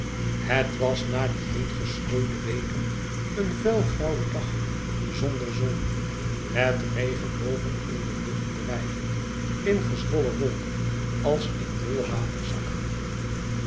het was na die heet geschroeide weken een vuil grauwe dag zonder zon met regen boven in de lucht drijvend in gezwollen wolken als in bolle